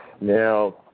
Now